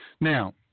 Now